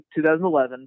2011